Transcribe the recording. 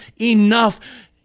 enough